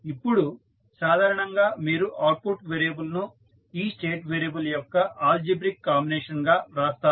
ఇప్పుడు సాధారణంగా మీరు అవుట్పుట్ వేరియబుల్ ను ఈ స్టేట్ వేరియబుల్ యొక్క ఆల్జీబ్రిక్ కాంబినేషన్గా వ్రాస్తారు